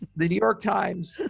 the new york times,